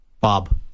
Bob